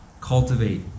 Cultivate